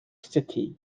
city